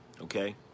Okay